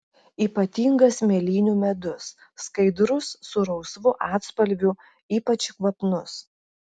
ypatingas mėlynių medus skaidrus su rausvu atspalviu ypač kvapnus